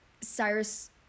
Cyrus